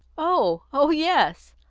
oh! oh yes.